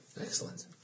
Excellent